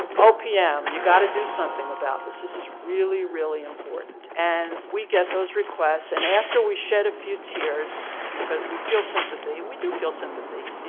opm you've got to do something about this, this is really, really important and we get those requests and after we shed a few tears because we feel sympathy. we do feel sympathy.